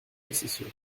possession